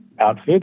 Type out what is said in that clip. outfit